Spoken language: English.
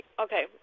okay